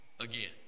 again